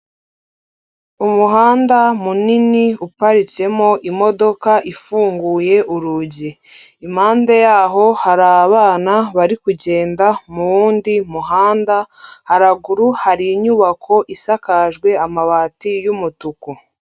Umuhanda munini uparitsemo imodoka ifunguye urugi, impande yaho hari abana bari kugenda mu wundi muhanda, haraguru hari inyubako isakajwe amabati y'umutuku.